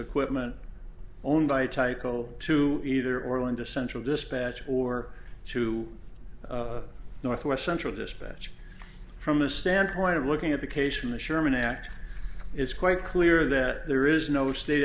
equipment owned by title to either or under central dispatch or to the north west central dispatch from a standpoint of looking at the case from the sherman act it's quite clear that there is no state